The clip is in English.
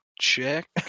check